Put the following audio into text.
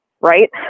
right